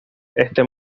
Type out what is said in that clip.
este